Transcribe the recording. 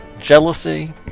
Jealousy